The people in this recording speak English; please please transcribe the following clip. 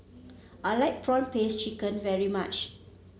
I like prawn paste chicken very much